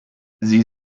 sie